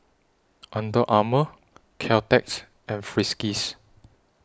Under Armour Caltex and Friskies